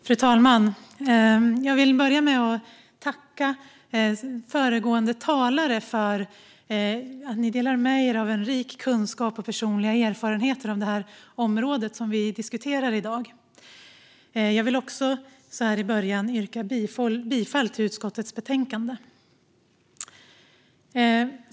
Fru talman! Jag vill börja med att tacka föregående talare för att ni delar med er av en rik kunskap och personliga erfarenheter av det område som vi diskuterar i dag. Jag vill också, så här i början, yrka bifall till förslaget i utskottets betänkande.